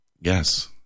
Yes